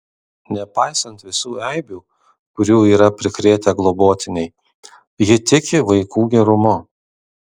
nepaisant visų eibių kurių yra prikrėtę globotiniai ji tiki vaikų gerumu